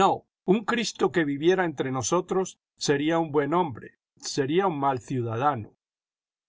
no un cristo que viviera entre nosotros sería un buen hombre sería un mal ciudadano